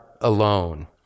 alone